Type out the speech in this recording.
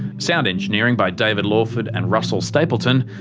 sound engineering by david lawford and russell stapleton.